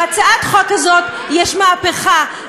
בהצעת החוק הזאת יש מהפכה,